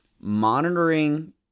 monitoring